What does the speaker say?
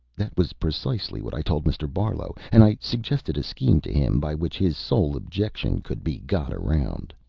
that was precisely what i told mr. barlow, and i suggested a scheme to him by which his sole objection could be got around.